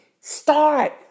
Start